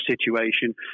situation